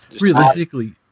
Realistically